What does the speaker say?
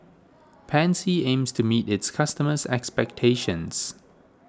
Pansy aims to meet its customers' expectations